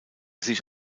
sich